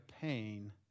pain